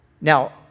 Now